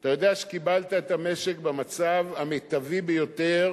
אתה יודע שקיבלת את המשק במצב המיטבי ביותר